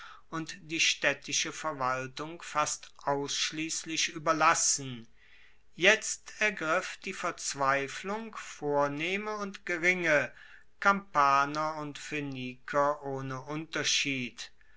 und die staedtische verwaltung fast ausschliesslich ueberlassen jetzt ergriff die verzweiflung vornehme und geringe kampaner und phoeniker ohne unterschied